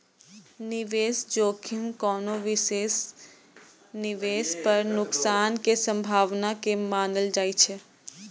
निवेश जोखिम कोनो विशेष निवेश पर नुकसान के संभावना के मानल जाइ छै